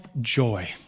joy